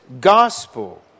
gospel